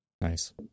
nice